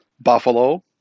Buffalo